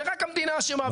ורק המדינה אשמה.